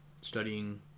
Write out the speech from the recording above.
studying